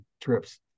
trips